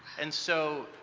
and so,